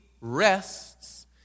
rests